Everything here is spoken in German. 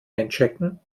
einchecken